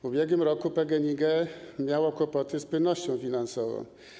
W ubiegłym roku PGNiG miało kłopoty z płynnością finansową.